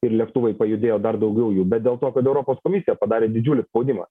ir lėktuvai pajudėjo dar daugiau jų bet dėl to kad europos komisija padarė didžiulį spaudimą